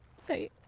say